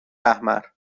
احمر